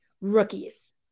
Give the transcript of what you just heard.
rookies